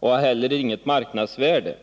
och har heller inget marknadsvärde.